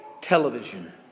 television